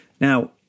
now